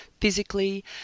physically